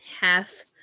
half